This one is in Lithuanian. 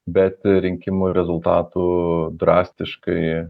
bet rinkimų rezultatų drastiškai